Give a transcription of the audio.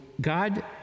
God